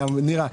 נירה,